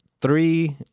Three